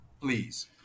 please